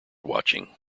watching